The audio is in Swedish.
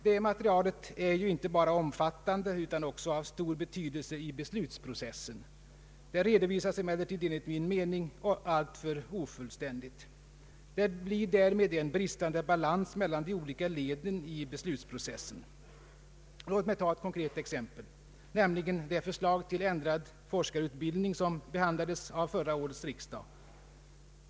Detta material är ju inte bara omfattande utan också av stor betydelse i beslutsprocessen. Det redovisas emellertid enligt min mening alltför ofullständigt, och det blir därmed en bristande balans mellan de olika leden i beslutsprocessen. Låt mig ta ett konkret exempel, nämligen det förslag till ändrad forskarutbildning som behandlades av förra årets riksdag.